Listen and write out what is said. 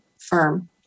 firm